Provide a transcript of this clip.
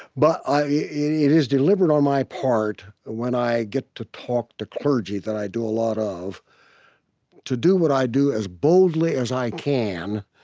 but it is deliberate on my part when i get to talk to clergy that i do a lot of to do what i do as boldly as i can